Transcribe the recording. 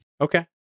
Okay